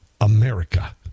America